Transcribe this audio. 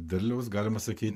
derliaus galima sakyt